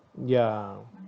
ya